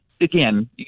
again